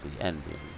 ending